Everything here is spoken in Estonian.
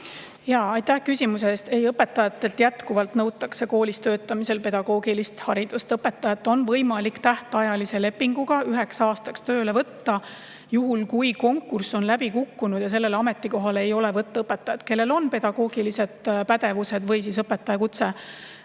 Aitäh küsimuse eest! Ei, õpetajatelt nõutakse jätkuvalt koolis töötamisel pedagoogilist haridust. Õpetajat on võimalik tähtajalise lepinguga üheks aastaks tööle võtta, juhul kui konkurss on läbi kukkunud ja sellele ametikohale ei ole võtta õpetajat, kellel on pedagoogiline pädevus ehk siis õpetajakutse.